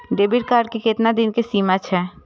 Debit card के केतना दिन के सीमा छै?